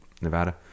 Nevada